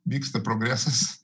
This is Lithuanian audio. vyksta progresas